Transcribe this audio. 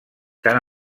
tant